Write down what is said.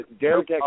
Derek